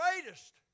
greatest